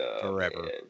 forever